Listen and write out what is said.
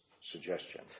suggestion